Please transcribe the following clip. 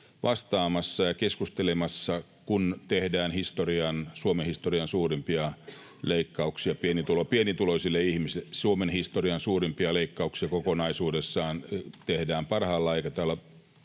vastaamassa ja keskustelemassa, kun tehdään Suomen historian suurimpia leikkauksia pienituloisille ihmisille. Suomen historian suurimpia leikkauksia kokonaisuudessaan tehdään parhaillaan, eikä täällä ole